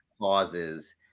causes